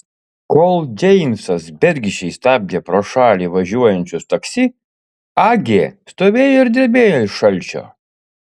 kol džeimsas bergždžiai stabdė pro šalį važiuojančius taksi agė stovėjo ir drebėjo iš šalčio